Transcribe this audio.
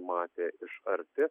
matė iš arti